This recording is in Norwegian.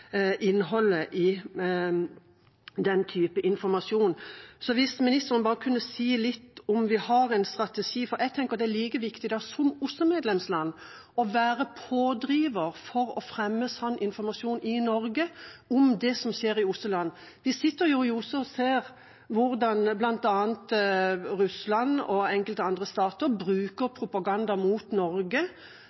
innholdet i den type informasjon. Så hvis ministeren kunne si bare litt om hvorvidt vi har en strategi – for jeg tenker det er like viktig som OSSE-medlemsland å være pådriver for å fremme sann informasjon i Norge om det som skjer i OSSE-land. Vi sitter jo i OSSE og ser hvordan bl.a. Russland og enkelte andre stater bruker propaganda mot Norge